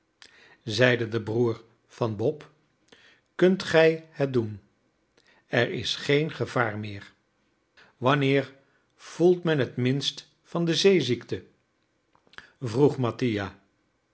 zeide de broer van bob kunt gij het doen er is geen gevaar meer wanneer voelt men t minst van de zeeziekte vroeg